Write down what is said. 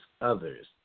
others